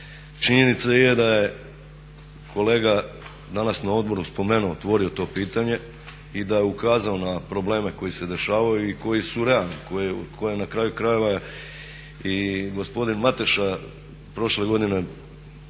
Činjenica je da je kolega danas na odboru spomenuo, otvorio to pitanje i da je ukazao na probleme koji se dešavaju i koji su realni koje i na kraju krajeva i gospodin Mateša prošle godine